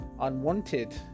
unwanted